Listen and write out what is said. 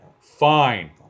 Fine